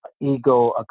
ego